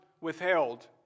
withheld